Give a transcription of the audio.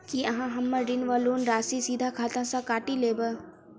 की अहाँ हम्मर ऋण वा लोन राशि सीधा खाता सँ काटि लेबऽ?